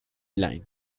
line